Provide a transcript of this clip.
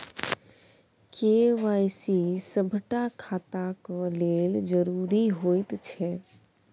KYC सभटा खाताक लेल जरुरी होइत छै